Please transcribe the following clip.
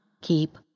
keep